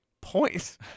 point